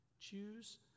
Choose